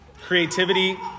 creativity